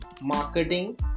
marketing